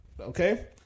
okay